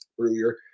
earlier